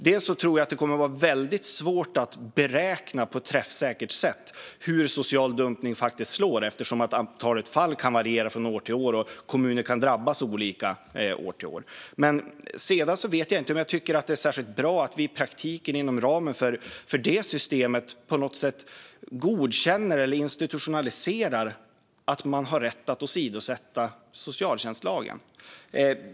Jag tror att det kommer att vara väldigt svårt att träffsäkert beräkna hur social dumpning faktiskt slår, eftersom antalet fall kan variera från år till år och kommuner kan drabbas olika. Sedan vet jag inte om jag tycker att det är särskilt bra att man i praktiken, inom ramen för systemet, på något sätt godkänner eller institutionaliserar rätten att åsidosätta socialtjänstlagen.